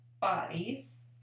bodies